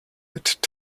mit